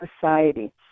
society